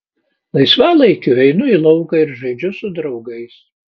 laisvalaikiu einu į lauką ir žaidžiu su draugais